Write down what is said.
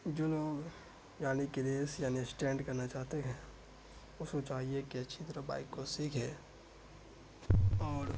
جو لوگ یعنی کہ ریس یعنی اسٹینڈ کرنا چاہتے ہیں اس کو چاہیے کہ اچھی طرح بائک کو سیکھے اور